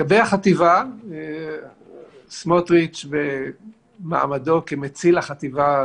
לגבי החטיבה, סמוטריץ', במעמדו כמציל החטיבה,